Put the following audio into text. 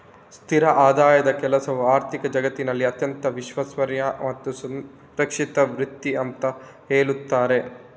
ಸ್ಥಿರ ಆದಾಯದ ಕೆಲಸವು ಆರ್ಥಿಕ ಜಗತ್ತಿನಲ್ಲಿ ಅತ್ಯಂತ ವಿಶ್ವಾಸಾರ್ಹ ಮತ್ತು ಸುರಕ್ಷಿತ ವೃತ್ತಿ ಅಂತ ಹೇಳ್ತಾರೆ